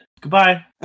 Goodbye